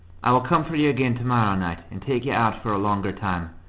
i will come for you again to-morrow night and take you out for a longer time.